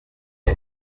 der